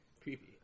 Creepy